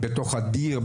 בתוך הדיר,